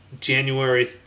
January